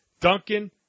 Duncan